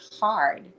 hard